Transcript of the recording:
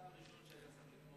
אתה הראשון שהיית צריך לתמוך בזה.